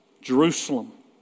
Jerusalem